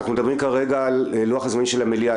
אנחנו מדברים כרגע על לוח הזמנים של המליאה.